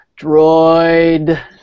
Droid